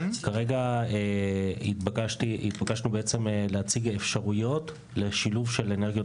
כרגע בעצם התבקשנו להציג אפשרויות לשילוב של אנרגיות